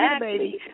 baby